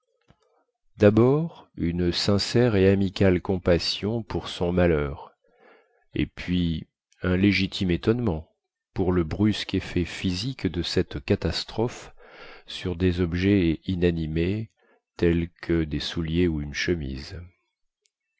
dabord une sincère et amicale compassion pour son malheur et puis un légitime étonnement pour le brusque effet physique de cette catastrophe sur des objets inanimés tels que des souliers ou une chemise